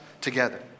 together